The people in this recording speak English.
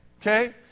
Okay